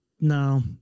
No